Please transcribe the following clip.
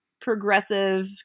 progressive